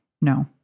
No